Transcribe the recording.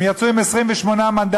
הם יצאו עם 28 מנדטים,